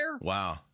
Wow